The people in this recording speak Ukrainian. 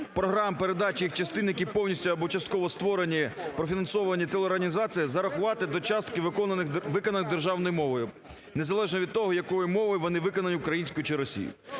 програми, передачі, їх частини, які повністю або частково створені, профінансовані телеорганізації, зарахувати до частки виконаних державною мовою не залежно від того, якою мовою вони виконані, українською чи російською.